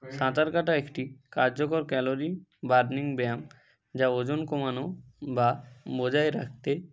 সাঁতার কাটা একটি কার্যকর ক্যালোরি বার্নিং ব্যায়াম যা ওজন কমানো বা বজায় রাখতে